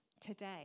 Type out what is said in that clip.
today